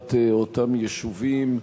לסוגיית אותם יישובים,